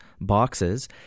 boxes